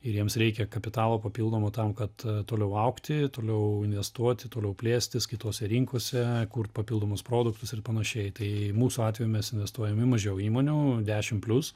ir jiems reikia kapitalo papildomo tam kad toliau augti toliau investuoti toliau plėstis kitose rinkose kurt papildomus produktus ir panašiai tai mūsų atveju mes investuojam į mažiau įmonių dešim plius